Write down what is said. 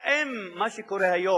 האם מה שקורה היום,